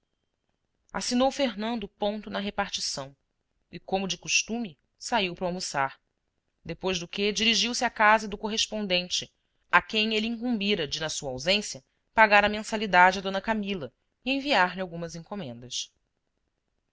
assinou fernando o ponto na repartição e como de costume saiu para almoçar depois do que dirigiu-se à casa do correspondente a quem ele incumbira de na sua ausência pagar a mensalidade a d camila e enviar-lhe algumas encomendas